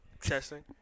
Testing